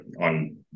on